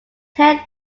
ten